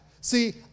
See